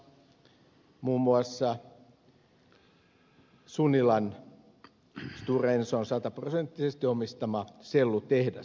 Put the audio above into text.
muun muassa sunilan stora enso on sataprosenttisesti omistettu sellutehdas